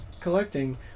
collecting